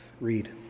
read